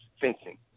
fencing